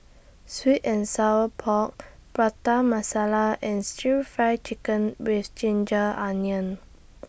Sweet and Sour Pork Prata Masala and Stir Fry Chicken with Ginger Onions